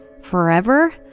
forever